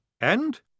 And